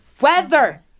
Weather